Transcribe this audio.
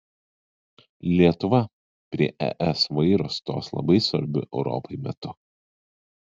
lietuva prie es vairo stos labai svarbiu europai metu